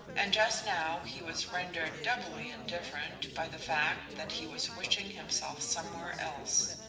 and just now he was rendered doubly indifferent by the fact that he was wishing himself somewhere else.